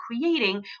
creating